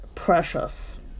Precious